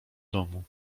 domu